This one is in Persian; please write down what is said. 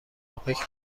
اوپک